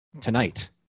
tonight